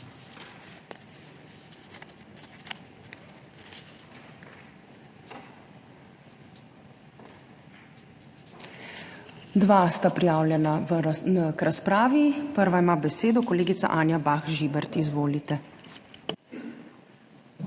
Dva sta prijavljena k razpravi. Prva ima besedo kolegica Anja Bah Žibert. Izvolite.